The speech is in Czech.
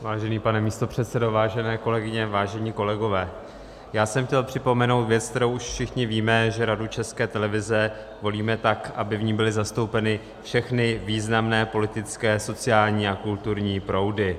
Vážený pane místopředsedo, vážené kolegyně, vážení kolegové, já jsem chtěl připomenout věc, kterou už všichni víme, že Radu České televize volíme tak, aby v ní byly zastoupeny všechny významné politické, sociální a kulturní proudy.